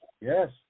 Yes